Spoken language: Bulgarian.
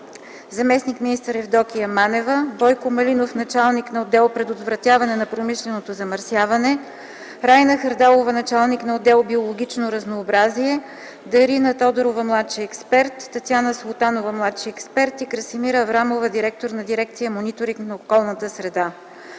заместник министър Евдокия Манева, Бойко Малинов – началник на отдел „Предотвратяване на промишленото замърсяване”, Райна Хардалова – началник на отдел „Биологично разнообразие”, Дарина Тодорова – младши експерт, Татяна Султанова – младши експерт, и Красимира Аврамова – директор на дирекция „Мониторинг на околната среда”;